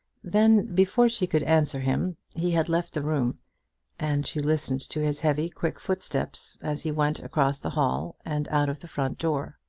then, before she could answer him, he had left the room and she listened to his heavy quick footsteps as he went across the hall and out of the front door.